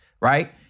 right